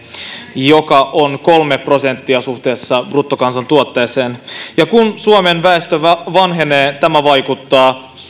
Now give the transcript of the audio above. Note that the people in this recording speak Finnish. joka on kolme prosenttia suhteessa bruttokansantuotteeseen ja kun suomen väestö vanhenee tämä vaikuttaa